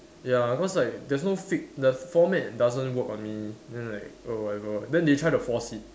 ya cause like there's no fix the format doesn't work on me then like oh whatever then they try to force it